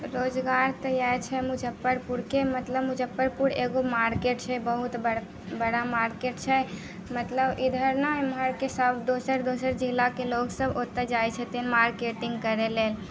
रोजगार तऽ इएह छै मुजफ़्फरपुरके मतलब मुजफ्फरपुर एगो मार्केट छै बहुत बड़ा मार्केट छै मतलब इधर ने ओमहरके सब दोसर दोसर जिलाके लोकसब ओतऽ जाइ छथिन मार्केटिङ्ग करै लेल